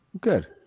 good